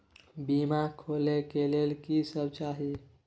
बीमा खोले के लेल की सब चाही?